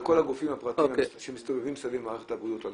כל הגופים הפרטיים שמסתובבים סביב מערכת הבריאות,